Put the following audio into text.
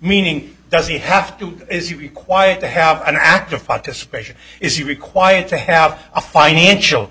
meaning does he have to quiet to have an active participation is you required to have a financial